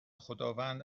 خداوند